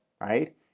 right